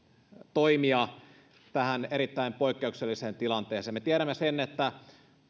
toimia tähän erittäin poikkeukselliseen tilanteeseen me tiedämme sen että